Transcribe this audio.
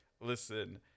Listen